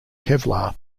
kevlar